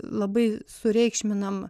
labai sureikšminam